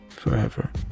forever